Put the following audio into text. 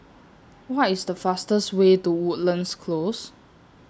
What IS The fastest Way to Woodlands Close